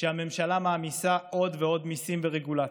שהממשלה מעמיסה עוד ועוד מיסים ורגולציות,